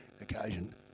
occasion